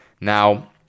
Now